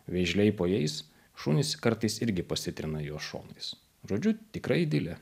vėžliai po jais šunys kartais irgi pasitrina į juos šonais žodžiu tikra idilė